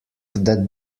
that